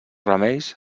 remeis